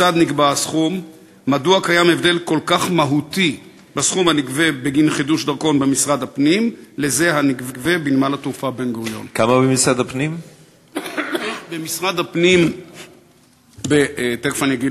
1. כיצד נקבע